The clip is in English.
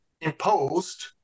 imposed